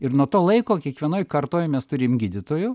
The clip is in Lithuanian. ir nuo to laiko kiekvienoj kartoj mes turim gydytojų